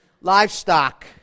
livestock